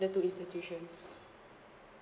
the two institutions